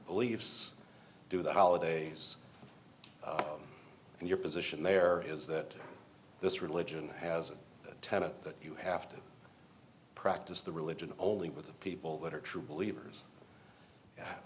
beliefs do the holidays and your position there is that this religion has a tenet that you have to practice the religion only with people that are true believers